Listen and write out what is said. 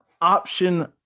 option